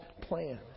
plan